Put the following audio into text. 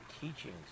teachings